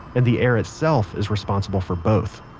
and the air itself is responsible for both